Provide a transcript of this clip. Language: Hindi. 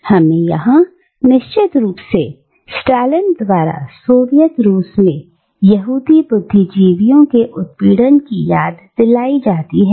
और हमें यहां निश्चित रूप से स्टालिन द्वारा सोवियत रूस में यहूदी बुद्धिजीवियों के उत्पीड़न की याद दिलाई जाती है